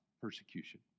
persecution